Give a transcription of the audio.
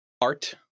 art